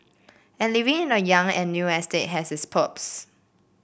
and living in a young and new estate has its perks